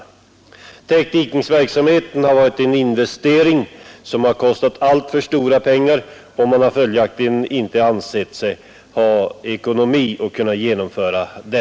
Att täckdika betyder investeringar på stora belopp, och jordbrukarna har därför ofta inte ansett sig ha resurser att företa sådana arbeten.